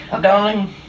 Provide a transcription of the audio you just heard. darling